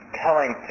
telling